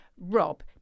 Rob